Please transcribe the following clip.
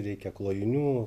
reikia klojinių